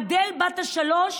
אדל בת השלוש